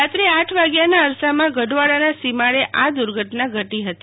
રાત્ર આઠ વાગ્યાના અરસામાં ગઢવાડાના સોમાડે આ દૂર્ઘટના ઘટી હતી